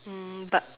um but